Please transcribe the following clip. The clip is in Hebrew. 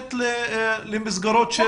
מיוחדת למסגרות?